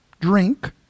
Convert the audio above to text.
drink